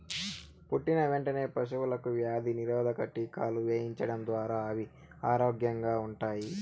పుట్టిన వెంటనే పశువులకు వ్యాధి నిరోధక టీకాలు వేయించడం ద్వారా అవి ఆరోగ్యంగా ఉంటాయి